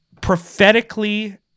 prophetically